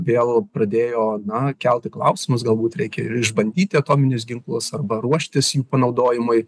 vėl pradėjo na kelti klausimus galbūt reikia ir išbandyti atominius ginklus arba ruoštis jų panaudojimui